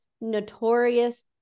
notorious